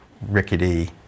rickety